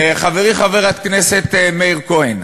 חברי חבר הכנסת מאיר כהן.